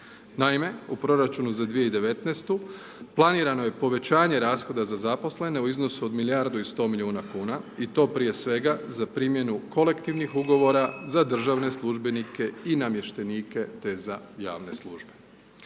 Naime, u proračunu za 2019. planirano je povećanje rashoda za zaposlene u iznosu od milijardu i 100 milijuna kuna i to prije svega za primjenu kolektivnih ugovora za državne službenike i namještenike te za javne službe.